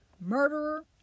murderer